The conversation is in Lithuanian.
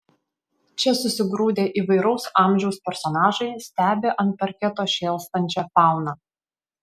čia susigrūdę įvairaus amžiaus personažai stebi ant parketo šėlstančią fauną